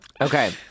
Okay